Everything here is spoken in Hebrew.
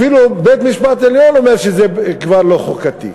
אפילו בית-המשפט העליון אומר שזה כבר לא חוקתי.